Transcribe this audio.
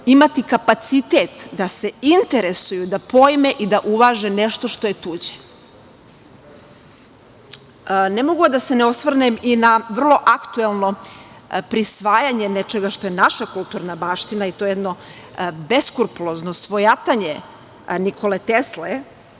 imati kapacitet da se interesuju, da pojme i da uvaže nešto što je tuđe? Ne mogu a da se ne osvrnem i na vrlo aktuelno prisvajanje nečega što je naša kulturna baština, i to jedno beskrupulozno svojatanje Nikole Tesle,